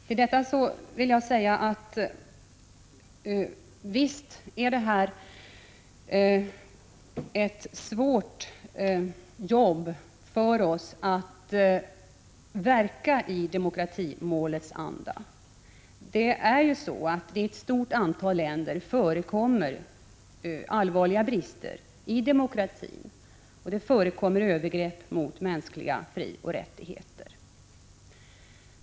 Till detta vill jag då säga att visst är det ett svårt arbete för oss att verka i demokratimålets anda. Det finns i ett stort antal länder allvarliga brister i demokratin, och det förekommer övergrepp mot mänskliga frioch rättigheter.